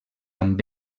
amb